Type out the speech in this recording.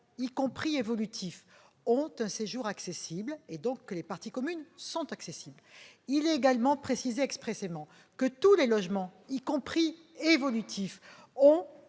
y compris évolutifs, auront un séjour accessible, ce qui suppose des parties communes accessibles. Il est également précisé que tous les logements, y compris évolutifs,